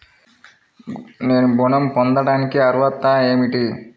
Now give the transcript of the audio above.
నేను ఋణం పొందటానికి అర్హత ఏమిటి?